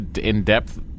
in-depth